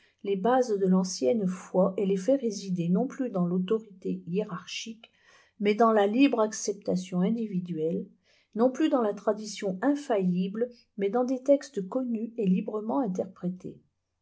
les bases de l'ancienne foi et les fait résider non plus dans l'autorité hiérarchique mais dans la libre acceptation individuelle non plus dans la tradition infaillible mais dans des textes connus et librement interprétés